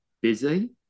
busy